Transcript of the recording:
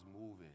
moving